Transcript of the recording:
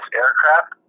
aircraft